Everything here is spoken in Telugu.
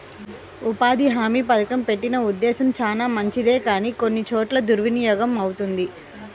ఉపాధి హామీ పథకం పెట్టిన ఉద్దేశం చానా మంచిదే కానీ కొన్ని చోట్ల దుర్వినియోగమవుతుంది